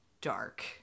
dark